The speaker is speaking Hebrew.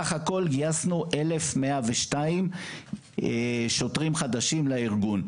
וסך הכול גייסנו 1,102 שוטרים חדשים לארגון.